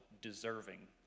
deserving